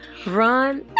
run